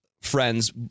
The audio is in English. friend's